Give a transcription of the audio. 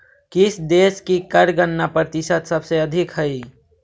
किस देश की कर गणना प्रतिशत सबसे अधिक हई